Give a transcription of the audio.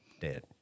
dead